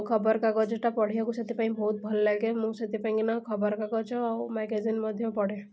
ଖବରକାଗଜଟା ପଢ଼ିବାକୁ ସେଥିପାଇଁ ବହୁତ ଭଲ ଲାଗେ ମୁଁ ସେଥିପାଇଁକି ନା ଖବରକାଗଜ ଆଉ ମ୍ୟାଗାଜିନ୍ ମଧ୍ୟ ପଢ଼େ